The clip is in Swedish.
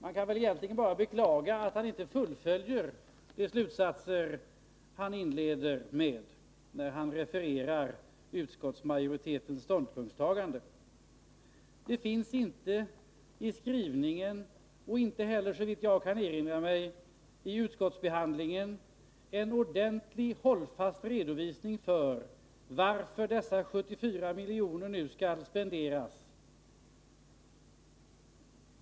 Man kan väl egentligen bara beklaga att han inte fullföljer de slutsatser han inleder med när han refererar utskottsmajoritetens ståndpunktstagande. Det finns inte i skrivningen och fanns, såvitt jag kan erinra mig, inte heller i utskottsbehandlingen någon ordentlig och hållfast redovisning av varför de 74 miljonerna nu skall spenderas.